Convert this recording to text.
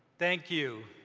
thank you,